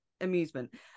amusement